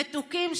מתוקים,